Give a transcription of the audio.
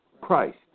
Christ